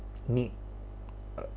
need uh